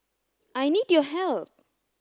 I need your help